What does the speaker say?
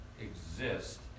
exist